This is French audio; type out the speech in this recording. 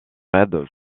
red